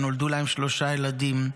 ונולדו להם שלושה ילדים.